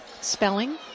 spelling